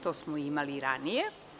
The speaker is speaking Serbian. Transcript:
To smo imali i ranije.